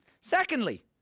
Secondly